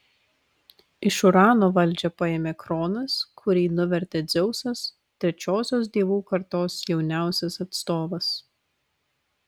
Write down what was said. iš urano valdžią perėmė kronas kurį nuvertė dzeusas trečiosios dievų kartos jauniausias atstovas